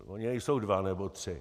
Nejsou dva nebo tři.